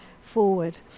forward